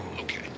Okay